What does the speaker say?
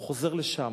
הוא חוזר לשם,